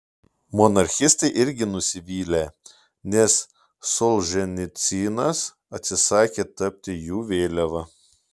monarchistai irgi nusivylę nes solženicynas atsisakė tapti jų vėliava